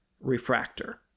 refractor